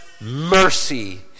mercy